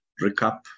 recap